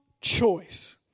choice